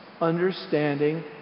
Understanding